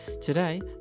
Today